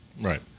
Right